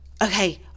Okay